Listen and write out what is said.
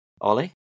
Ollie